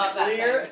clear